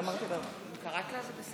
גבירותיי היושבות-ראש, חבריי חברי הכנסת.